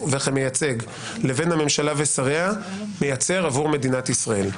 וכמייצג לבין הממשלה ושריה מייצר עבור מדינת ישראל.